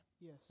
yes